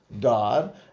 God